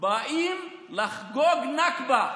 באים לחגוג נכבה.